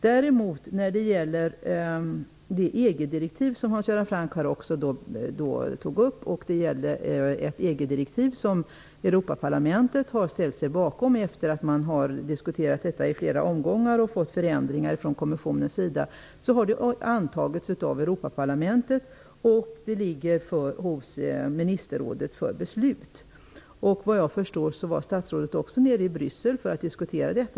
Det EG-direktiv som Hans Göran Franck tog upp har däremot antagits av Europaparlamentet efter att ha diskuterats i flera omgångar. Vissa förändringar har också införts från kommissionens sida. Direktivet ligger nu hos ministerrådet för beslut. Såvitt jag förstår var statsrådet nere i Bryssel för att diskutera det.